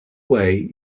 way